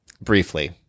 briefly